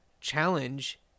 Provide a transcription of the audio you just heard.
challenge